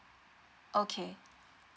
okay